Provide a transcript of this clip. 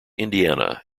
indiana